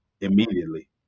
immediately